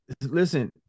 Listen